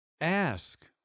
ask